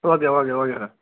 okay okay okay sir